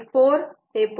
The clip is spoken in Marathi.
8 हे 0